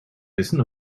wissen